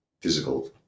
physical